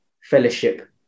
fellowship